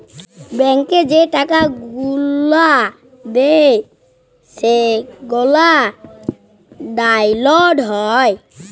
ব্যাংকে যে টাকা গুলা দেয় সেগলা ডাউল্লড হ্যয়